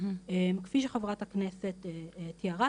כפי שחה"כ תיארה,